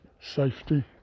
safety